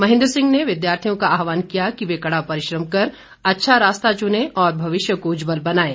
महेन्द्र सिंह ने विद्यार्थियों का आहवान किया कि वे कड़ा परिश्रम कर अच्छा रास्ता चुनें और भविष्य को उज्जवल बनाएं